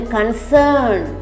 concern